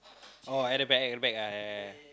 orh at the back at the back ah yeah yeah yeah